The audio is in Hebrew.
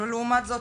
לעומת זאת,